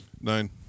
Nine